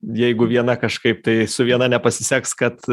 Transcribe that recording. jeigu viena kažkaip tai su viena nepasiseks kad